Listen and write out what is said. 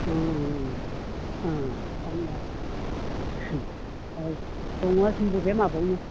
ओं ओं होमबा अ दङ जोंबो बे माबायावनो